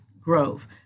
Grove